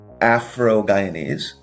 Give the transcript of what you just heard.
Afro-Guyanese